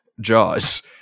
jaws